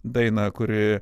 dainą kuri